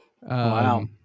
Wow